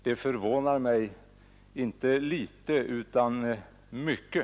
Det förvånar mig — inte litet, utan mycket!